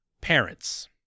Parents